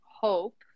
hope